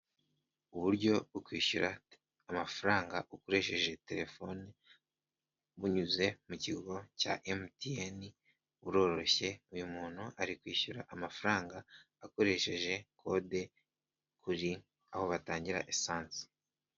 Uburyo bwo kwishyura amafaranga ukoresheje telefone buyuze mu kigo cya emutiyeni buroroshye uyu muntu ari kwishyura amafaranga akoresheje kode aho batangira esanse.